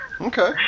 Okay